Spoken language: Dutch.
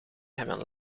hebben